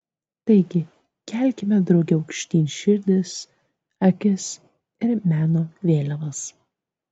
taigi kelkime drauge aukštyn širdis akis ir meno vėliavas